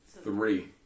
Three